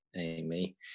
Amy